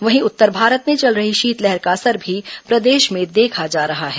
वहीं उत्तर भारत में चल रही शीतलहर का असर भी प्रदेश में देखा जा रहा है